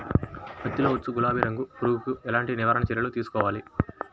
పత్తిలో వచ్చు గులాబీ రంగు పురుగుకి ఎలాంటి నివారణ చర్యలు తీసుకోవాలి?